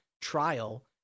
trial